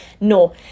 No